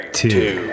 two